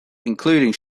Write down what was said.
including